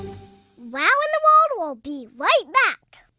wow in the world will be right back.